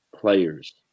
players